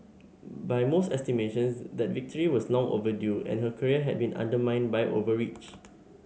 by most estimations that victory was long overdue and her career had been undermined by overreach